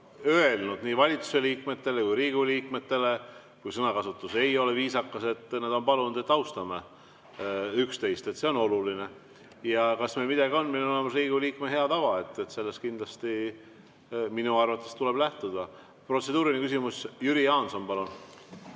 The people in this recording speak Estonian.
öelnud nii valitsuse liikmetele kui ka Riigikogu liikmetele, kui sõnakasutus ei ole olnud viisakas, nad on palunud, et austame üksteist, see on oluline. Ja kas meil midagi on? Meil on olemas Riigikogu liikme hea tava. Sellest kindlasti minu arvates tuleb lähtuda. Protseduuriline küsimus, Jüri Jaanson, palun!